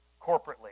corporately